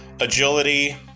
agility